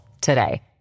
today